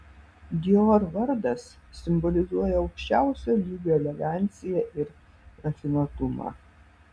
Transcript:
dior vardas simbolizuoja aukščiausio lygio eleganciją ir rafinuotumą